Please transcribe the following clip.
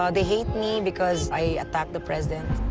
um they hate me because i attack the president.